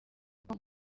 uko